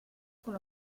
con